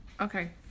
Okay